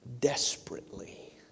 desperately